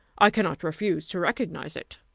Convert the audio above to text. i cannot refuse to recognize it.